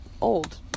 Old